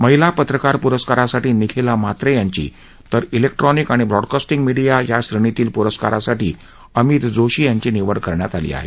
महिला पत्रकार पुरस्कारासाठी निखिला म्हात्रे यांची तर जिक्ट्रॉनिक आणि ब्रॉडकास्टिंग मीडिया या श्रेणीतील पुरस्कारासाठी अमित जोशी यांची निवड करण्यात आली आहे